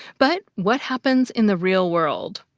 but what happens in the real world?